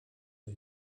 the